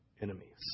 enemies